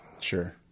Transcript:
Sure